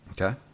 Okay